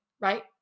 right